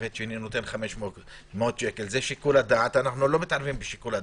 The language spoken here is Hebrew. שני נותן 500. זה שיקול דעת אנחנו לא מתערבים בזה,